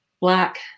Black